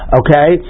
okay